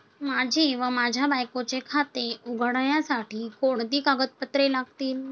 माझे व माझ्या बायकोचे खाते उघडण्यासाठी कोणती कागदपत्रे लागतील?